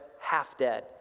half-dead